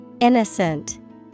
Innocent